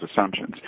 assumptions